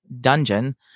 dungeon